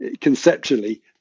conceptually